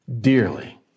dearly